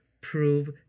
prove